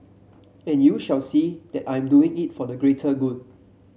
and you shall see that I'm doing it for the greater good